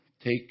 take